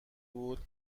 بود